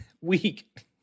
weak